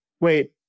wait